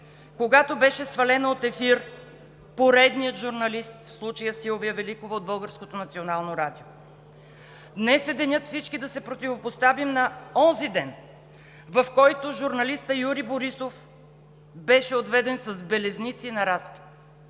когато беше свален от ефир поредният журналист, в случая Силвия Великова от Българското национално радио. Днес е денят всички да се противопоставим на онзи ден, в който журналистът Юри Борисов беше отведен с белезници на разпит